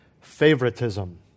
favoritism